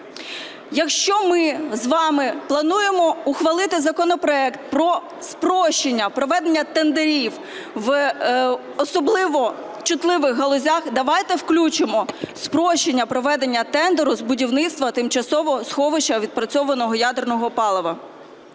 Якщо ми з вами плануємо ухвалити законопроект про спрощення проведення тендерів в особливо чутливих галузях, давайте включимо спрощення проведення тендеру з будівництва тимчасового сховища відпрацьованого ядерного палива.